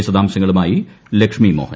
വിശദാംശങ്ങളുമായി ലക്ഷ്മി മോഹൻ